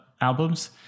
albums